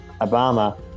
Obama